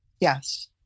Yes